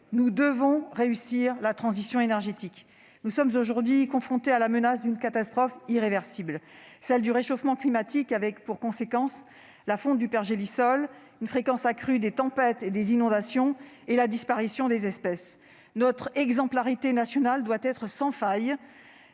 nous devons réussir la transition énergétique. Nous sommes aujourd'hui confrontés à la menace d'une catastrophe irréversible : celle du réchauffement climatique et de ses conséquences, la fonte du pergélisol, la fréquence accrue des tempêtes et des inondations, la disparition des espèces. Notre exemplarité nationale doit être sans faille.